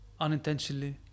unintentionally